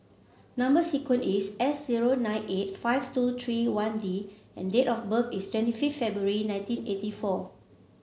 number sequence is zero nine eight five two three one D and date of birth is twenty fifth February nineteen eighty four